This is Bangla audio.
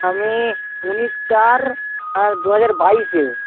আমি উনিশ চার দুহাজার বাইশে